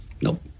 Nope